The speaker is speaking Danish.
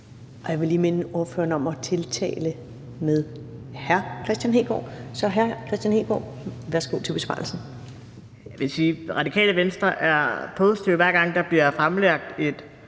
Jeg må lige minde ordføreren om at tiltale med hr. Kristian Hegaard. Hr. Kristian Hegaard, værsgo til besvarelse. Kl. 18:35 Kristian Hegaard (RV): Radikale Venstre er positive, hver gang der bliver fremlagt et